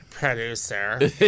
producer